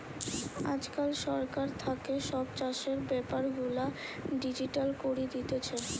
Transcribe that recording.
আজকাল সরকার থাকে সব চাষের বেপার গুলা ডিজিটাল করি দিতেছে